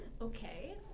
Okay